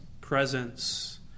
presence